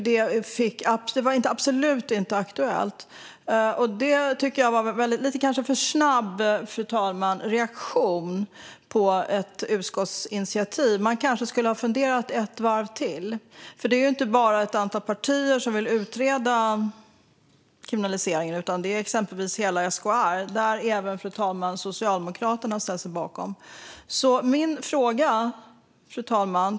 Det tycker jag, fru talman, var en lite för snabb reaktion på ett utskottsinitiativ. Hon kanske skulle ha funderat ett varv till. Det är ju inte bara ett antal partier som vill utreda kriminalisering utan också exempelvis hela SKR, där även Socialdemokraterna har ställt sig bakom det. Fru talman!